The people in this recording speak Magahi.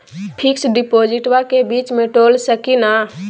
फिक्स डिपोजिटबा के बीच में तोड़ सकी ना?